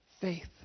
Faith